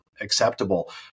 acceptable